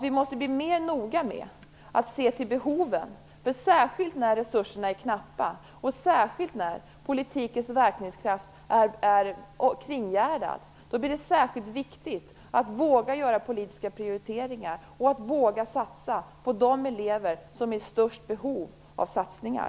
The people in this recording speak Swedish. Vi måste bli mer noga med att se till behoven särskilt när resurserna är knappa och särskilt när politikens verkningskraft är kringgärdad. Då blir det särskilt viktigt att våga göra politiska prioriteringar och att våga satsa på de elever som har störst behov av satsningar.